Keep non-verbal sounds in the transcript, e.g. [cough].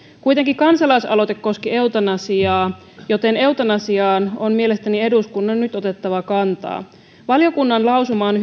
kuitenkin kansalaisaloite koski eutanasiaa joten eutanasiaan on mielestäni eduskunnan nyt otettava kantaa valiokunnan lausuma on [unintelligible]